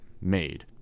made